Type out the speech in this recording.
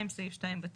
2. סעיף 2 בטל.